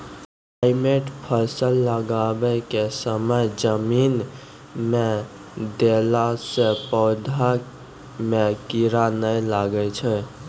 Thimet फ़सल लगाबै के समय जमीन मे देला से पौधा मे कीड़ा नैय लागै छै?